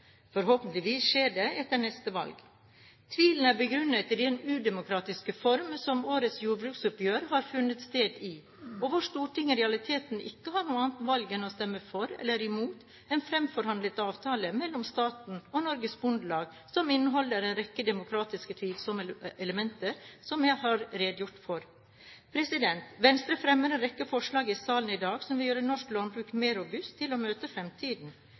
Forhåpentligvis skjer det etter neste valg. Tvilen er begrunnet i den udemokratiske form som årets jordbruksoppgjør har, hvor Stortinget i realiteten ikke har noe annet valg enn å stemme for eller imot en fremforhandlet avtale mellom staten og Norges Bondelag, og som inneholder en rekke demokratisk tvilsomme elementer, som jeg har redegjort for. Venstre fremmer en rekke forslag i salen i dag som vil gjøre norsk landbruk mer robust til å møte fremtiden.